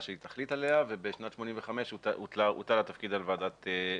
שהיא תחליט עליה ובשנת 1985 הוטל התפקיד על ועדת הפנים.